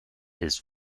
his